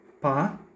PA